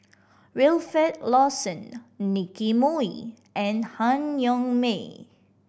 Wilfed Lawson Nicky Moey and Han Yong May